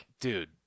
dude